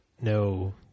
No